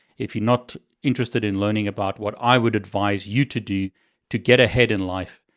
if you're not interested in learning about what i would advise you to do to get ahead in life,